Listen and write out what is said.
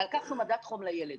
על כך שמדד חום לילד.